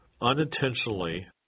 unintentionally